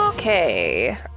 Okay